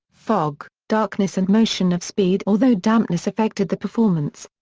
fog, darkness and motion of speed although dampness affected the performance.